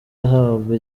ahabwa